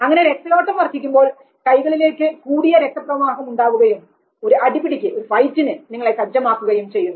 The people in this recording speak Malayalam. അങ്ങനെ രക്തയോട്ടം വർദ്ധിക്കുമ്പോൾ കൈകളിലേക്ക് കൂടിയ രക്തപ്രവാഹം ഉണ്ടാവുകയും ഒരു അടിപിടിക്ക് നിങ്ങളെ സജ്ജമാക്കുകയും ചെയ്യുന്നു